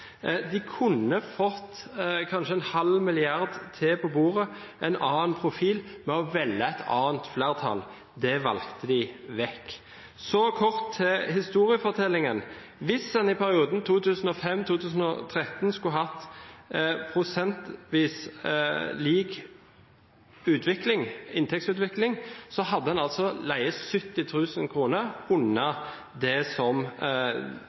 De kunne fått kanskje 0,5 mrd. kr til på bordet, en annen profil, ved å velge et annet flertall. Det valgte de bort. Så kort til historiefortellingen. Hvis en i perioden 2005–2013 skulle hatt prosentvis lik inntektsutvikling, hadde en ligget 70 000 kr under det som